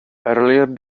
earlier